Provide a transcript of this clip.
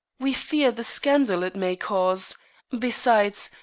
we fear the scandal it may cause besides,